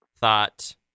thought